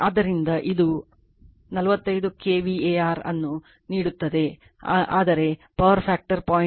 ಆದ್ದರಿಂದ ಇಲ್ಲಿ ಅದು 45 kVAr ಅನ್ನು ನೀಡುತ್ತದೆ ಆದರೆ power factor 0